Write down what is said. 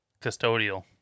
custodial